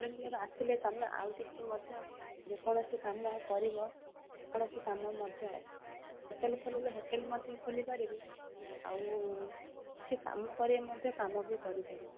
ହୋଟେଲ୍ର ଆସିଲେ ତୁମେ ଆଉ କିଛି ମଧ୍ୟ ଯେକୌଣସି କାମ କରିବ ଯେକୌଣସି କାମ ମଧ୍ୟ ଅଛି ହୋଟେଲ୍ ଖୋଲିଲେ ହୋଟେଲ୍ ମଧ୍ୟ ଖୋଲିପାରିବେ ଆଉ କିଛି କାମ କରି ମଧ୍ୟ କାମ ବି କରିପାରିବେ